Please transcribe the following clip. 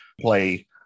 play